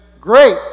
great